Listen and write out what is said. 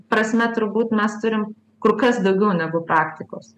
prasme turbūt mes turim kur kas daugiau negu praktikos